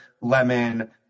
lemon